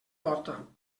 porta